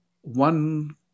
one